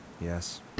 Yes